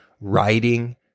writing